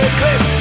clip